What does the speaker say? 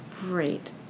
Great